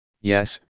yes